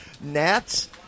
gnats